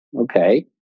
okay